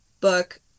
book